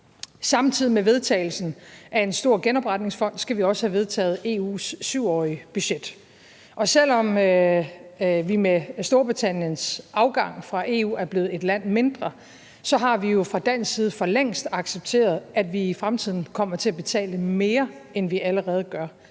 Samtidig med vedtagelsen af en stor genopretningsfond skal vi også have vedtaget EU's 7-årige budget. Og selv om vi med Storbritanniens afgang fra EU er blevet et land mindre, har vi jo fra dansk side for længst accepteret, at vi i fremtiden kommer til at betale mere, end vi allerede gør,